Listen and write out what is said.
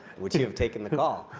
would you have taken the call?